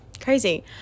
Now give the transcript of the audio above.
crazy